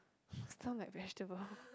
sound like Hashtable